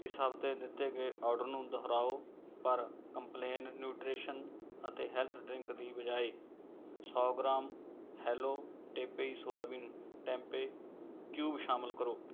ਇਸ ਹਫ਼ਤੇ ਦਿੱਤੇ ਗਏ ਔਡਰ ਨੂੰ ਦੁਹਰਾਓ ਪਰ ਕੰਪਲੇਨ ਨਿਊਟ੍ਰੀਸ਼ਨ ਅਤੇ ਹੈਲਥ ਡਰਿੰਕ ਦੀ ਬਜਾਏ ਸੌ gram hello Tempayy soybean tempeh cube ਸ਼ਾਮਲ ਕਰੋ